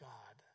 God